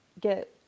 get